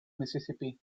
mississippi